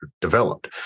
developed